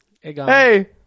Hey